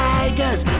Tigers